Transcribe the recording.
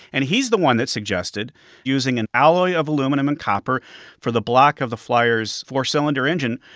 and he's the one that suggested using an alloy of aluminum and copper for the block of the flyer's four-cylinder engine,